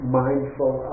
mindful